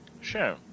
Sure